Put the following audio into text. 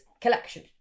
collection